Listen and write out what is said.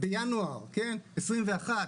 בינואר 2021,